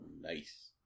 Nice